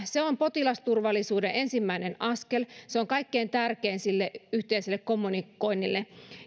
se on potilasturvallisuuden ensimmäinen askel se on kaikkein tärkein sille yhteiselle kommunikoinnille